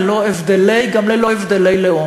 ללא הבדלי,